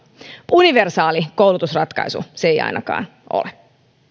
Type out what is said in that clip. universaali koulutusratkaisu se ei ainakaan ole